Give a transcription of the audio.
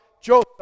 Joseph